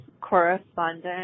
correspondent